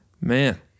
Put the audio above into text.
Man